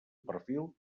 perfil